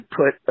put